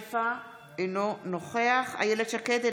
אינו נוכח אילת שקד,